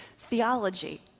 theology